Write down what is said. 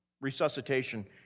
resuscitation